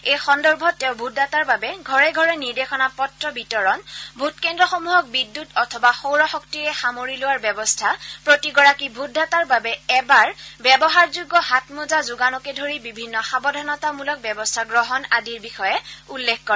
এই সন্দৰ্ভত তেওঁ ভোটদাতাৰ বাবে ঘৰে ঘৰে নিৰ্দেশনা পত্ৰ বিতৰণ ভোটকেন্দ্ৰসমূহক বিদুৎ অথবা সৌৰশক্তিৰে সামৰি লোৱাৰ ব্যৱস্থা প্ৰতিগৰাকী ভোটদাতাৰ বাবে এবাৰ ব্যৱহাৰযোগ্য হাতমোজা যোগানকে ধৰি বিভিন্ন সাৱধানতামূলক ব্যৱস্থা গ্ৰহণ আদিৰ বিষয়ে উল্লেখ কৰে